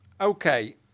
Okay